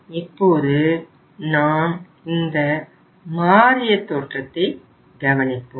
இப்போது நாம் இந்த மாறிய தோற்றத்தை கவனிப்போம்